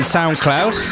SoundCloud